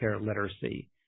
literacy